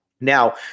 Now